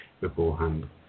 beforehand